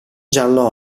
giallo